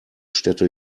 städte